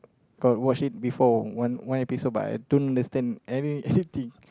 I watch it before one one episode but I don't understand any anything